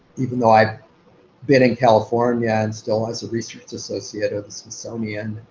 even though i've been in california and still as a research associate of the smithsonian,